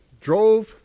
Drove